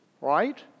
right